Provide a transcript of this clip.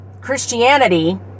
Christianity